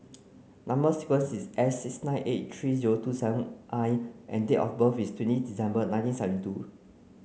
number sequence is S six nine eight three zero two seven I and date of birth is twenty December nineteen seventy two